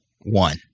one